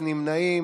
מי נמנע?